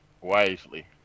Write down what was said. wisely